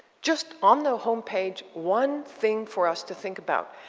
just on the homepage, one thing for us to think about.